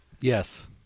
Yes